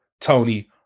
Tony